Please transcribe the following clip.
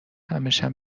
همشم